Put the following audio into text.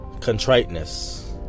Contriteness